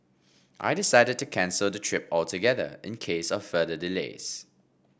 I decided to cancel the trip altogether in case of further delays